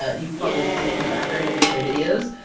ah you've probably seen it in the background of my videos,